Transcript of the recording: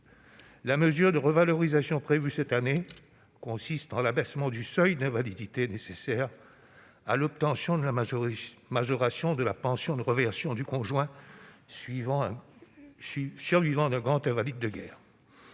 la mesure de revalorisation prévue cette année consiste en l'abaissement du seuil d'invalidité nécessaire à l'obtention de la majoration de la pension de réversion du conjoint survivant d'un grand invalide de guerre.